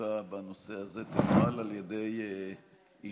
מהישיבה בנושא הזה ינוהל על ידי אישה,